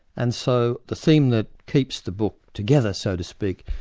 and so the thing that keeps the book together, so to speak,